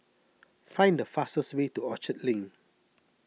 find the fastest way to Orchard Link